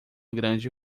grande